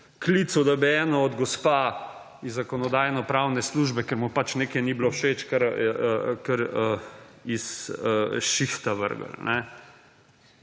klical, da bo ena gospa iz Zakonodajno-pravne službe, ker mu pač nekaj ni bilo všeč, kar iz šihta vrgli.